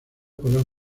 podrán